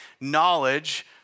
Knowledge